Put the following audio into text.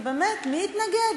ובאמת, מי יתנגד?